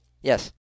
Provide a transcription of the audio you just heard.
Yes